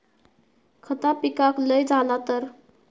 खता पिकाक लय झाला तर?